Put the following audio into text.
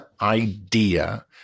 idea